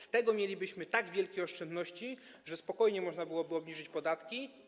Z tego mielibyśmy tak wielkie oszczędności, że spokojnie można byłoby obniżyć podatki.